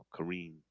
Kareem